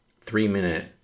three-minute